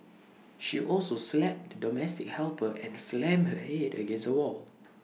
she also slapped the domestic helper and slammed her Head against A wall